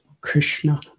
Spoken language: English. Krishna